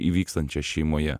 įvykstančias šeimoje